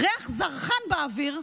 "ריח זרחן באוויר"